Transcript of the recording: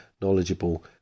knowledgeable